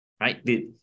right